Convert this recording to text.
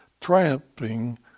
triumphing